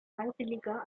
freiwilliger